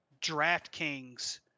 DraftKings